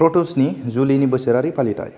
प्रतुसनि जुलिनि बोसोरारि फालिथाइ